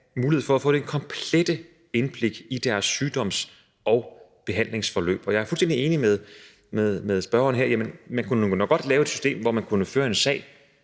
mulighed for at få det komplette indblik i deres sygdoms- og behandlingsforløb. Jeg er fuldstændig enig med spørgeren i, at man nok godt kunne lave et system, så der kunne føres en sag,